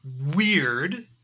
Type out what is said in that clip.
weird